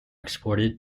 exported